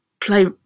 play